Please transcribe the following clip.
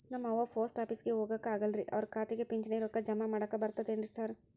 ನಮ್ ಅವ್ವ ಪೋಸ್ಟ್ ಆಫೇಸಿಗೆ ಹೋಗಾಕ ಆಗಲ್ರಿ ಅವ್ರ್ ಖಾತೆಗೆ ಪಿಂಚಣಿ ರೊಕ್ಕ ಜಮಾ ಮಾಡಾಕ ಬರ್ತಾದೇನ್ರಿ ಸಾರ್?